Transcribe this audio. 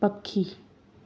पखी